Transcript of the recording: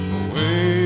away